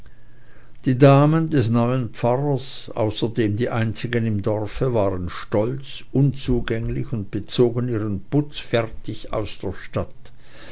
die damen des neuen pfarrers außerdem die einzigen im dorfe waren stolz unzugänglich und bezogen ihren putz fertig aus der stadt